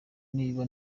niba